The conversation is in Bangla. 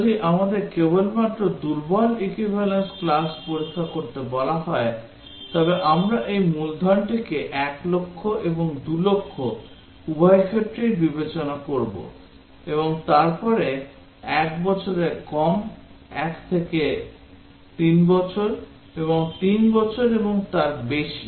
যদি আমাদের কেবলমাত্র দুর্বল equivalence class পরীক্ষা করতে বলা হয় তবে আমরা এই মূলধনটিকে 1 লক্ষ এবং 2 লক্ষ উভয় ক্ষেত্রেই বিবেচনা করব এবং তারপরে 1 বছরের কম 1 থেকে 3 বছর এবং 3 বছর এবং তার বেশি